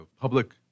public